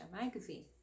magazine